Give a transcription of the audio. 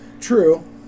true